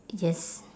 yes